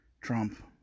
Trump